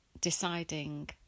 deciding